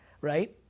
right